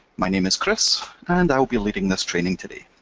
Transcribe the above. my name is kris, and i will be leading this training today.